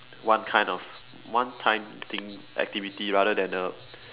one time of one time thing activity rather than a